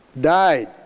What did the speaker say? died